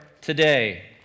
today